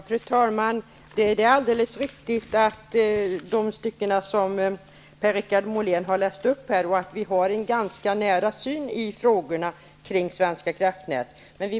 Fru talman! Vad som står i de stycken som Per Richard Molén läst upp är alldeles riktigt. Vi har ungefär samma ståndpunkt när det gäller de frågor som rör Svenska kraftnät.